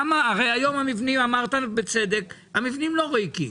הרי היום המבנים, אמרת בצדק, המבנים לא ריקים,